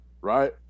Right